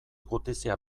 gutizia